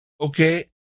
Okay